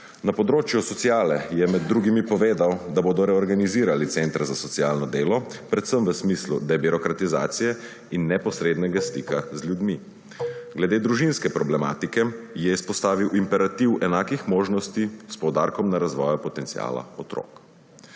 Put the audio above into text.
Na področju sociale je med drugim povedal, da bodo reorganizirali centre za socialno delo, predvsem v smislu debirokratizacije in neposrednega stika z ljudmi. Glede družinske problematike je izpostavil imperativ enakih možnosti s poudarkom na razvoju potenciala otrok.